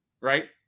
right